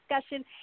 discussion